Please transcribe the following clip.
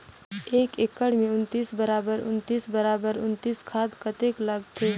एक एकड़ मे उन्नीस बराबर उन्नीस बराबर उन्नीस खाद कतेक लगथे?